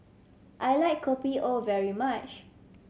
I like Kopi O very much